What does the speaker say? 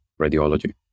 radiology